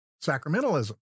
sacramentalism